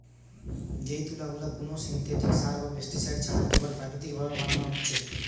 যেই তুলা গুলা কুনো সিনথেটিক সার বা পেস্টিসাইড ছাড়া একেবারে প্রাকৃতিক ভাবে বানানা হচ্ছে